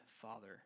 Father